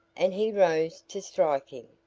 and he rose to strike him.